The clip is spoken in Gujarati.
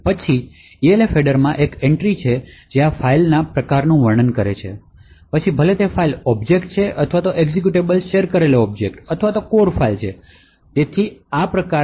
પછી Elf હેડરમાં એક એન્ટ્રી છે જે આ ફાઇલના પ્રકારનું વર્ણન કરે છે પછી ભલે તે ફાઇલ ઑબ્જેક્ટ છે અથવા એક્ઝેક્યુટેબલ શેર કરેલી ઑબ્જેક્ટ અથવા કોર ફાઇલ છે તેથી આ માહિતી પ્રકારમાં હાજર છે